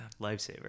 lifesaver